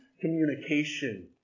communication